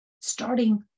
starting